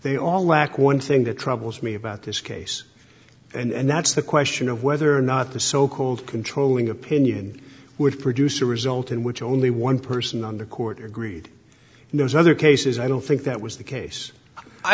they all lack one thing that troubles me about this case and that's the question of whether or not the so called controlling opinion would produce a result in which only one person on the court agreed in those other cases i don't think that was the case i